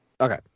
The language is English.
Okay